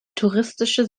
touristische